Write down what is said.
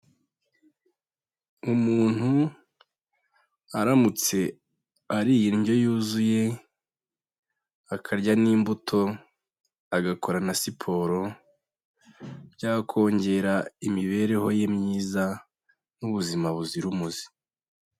Umuntu aramutse ariye indyo yuzuye akarya n'imbuto, agakora na siporo byakongera imibereho ye myiza n'ubuzima buzira umuze.